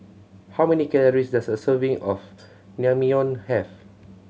how many calories does a serving of Naengmyeon have